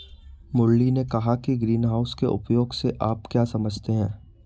मुरली ने कहा कि ग्रीनहाउस के उपयोग से आप क्या समझते हैं?